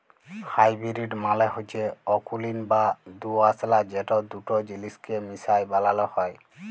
hybrid মালে হচ্যে অকুলীন বা দুআঁশলা যেট দুট জিলিসকে মিশাই বালালো হ্যয়